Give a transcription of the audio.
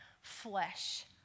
flesh